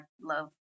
love